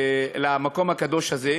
למקום הקדוש הזה.